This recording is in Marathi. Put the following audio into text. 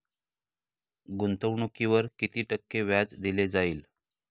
गुंतवणुकीवर किती टक्के व्याज दिले जाईल?